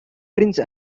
prince